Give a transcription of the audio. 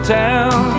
town